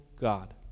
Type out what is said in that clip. God